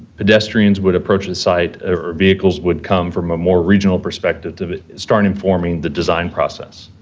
pedestrians would approach the site or vehicles would come from a more regional perspective, to start informing the design process.